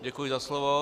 Děkuji za slovo.